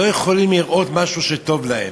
לא יכולים לראות משהו שטוב להם.